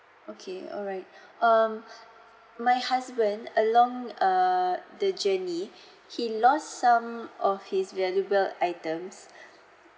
okay alright um my husband along uh the journey he lost some of his valuable items